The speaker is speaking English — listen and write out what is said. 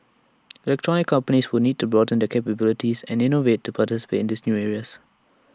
electronics companies will need to broaden their capabilities and innovate to participate in these new areas